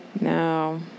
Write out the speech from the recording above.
No